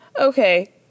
Okay